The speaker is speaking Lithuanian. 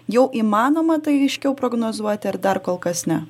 jau įmanoma tai aiškiau prognozuoti ar dar kol kas ne